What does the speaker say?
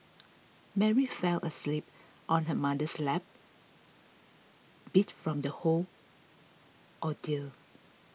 Mary fell asleep on her mother's lap beat from the whole ordeal